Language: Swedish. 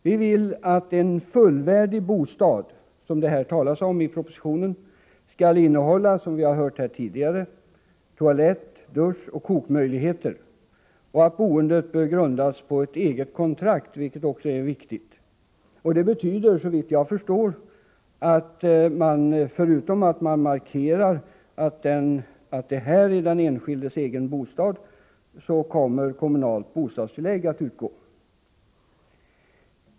Vi vill att en fullvärdig bostad —som det talas om i propositionen — skall innehålla, som vi har hört här tidigare, toalett, dusch och kokmöjligheter. Och boendet bör grundas på ett eget kontrakt, vilket också är viktigt. Det betyder, såvitt jag förstår, förutom att man markerar att detta är den enskildes egen bostad, att kommunalt bostadstillägg kommer att utgå.